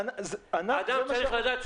אדם צריך לדעת,